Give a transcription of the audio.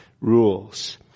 rules